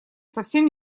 совсем